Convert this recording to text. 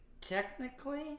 Technically